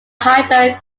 hyper